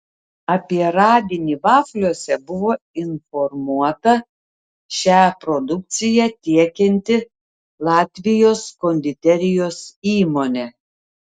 apie radinį vafliuose buvo informuota šią produkciją tiekianti latvijos konditerijos įmonė